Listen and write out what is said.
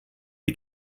die